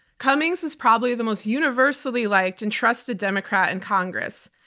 cummings is probably the most universally liked and trusted democrat in congress.